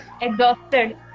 exhausted